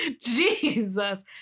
Jesus